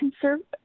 conservative